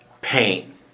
paint